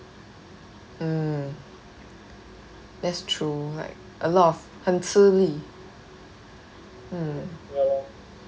mm that's true like a lot of 很吃力 mm